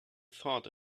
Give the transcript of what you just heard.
thought